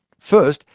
first,